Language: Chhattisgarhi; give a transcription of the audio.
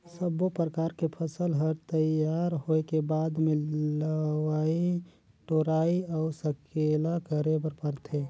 सब्बो परकर के फसल हर तइयार होए के बाद मे लवई टोराई अउ सकेला करे बर परथे